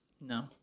No